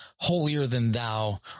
holier-than-thou